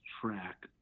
track